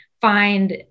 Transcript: find